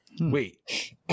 Wait